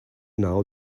now